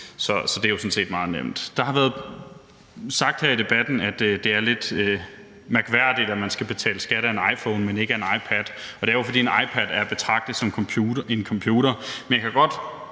Så det er jo sådan set meget nemt. Det er blevet sagt her i debatten, at det er lidt mærkværdigt, at man skal betale skat af en iPhone, men ikke af en iPad. Og det er jo, fordi en iPad er at betragte som en computer. Men jeg kan godt